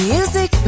Music